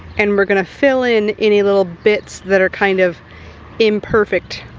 and we're gonna fill in any little bits that are kind of imperfect,